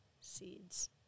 seeds